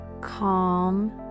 calm